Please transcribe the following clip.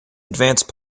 advance